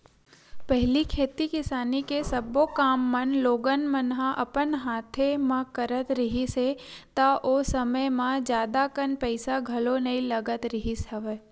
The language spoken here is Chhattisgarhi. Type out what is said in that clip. पहिली खेती किसानी के सब्बो काम मन लोगन मन ह अपन हाथे म करत रिहिस हे ता ओ समे म जादा कन पइसा घलो नइ लगत रिहिस हवय